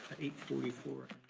eight forty four.